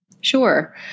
Sure